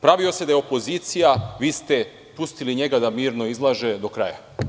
Pravio se da je opozicija, a vi ste pustili njega da mirno izlaže do kraja.